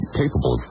capable